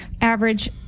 average